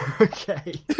Okay